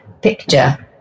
picture